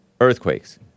earthquakes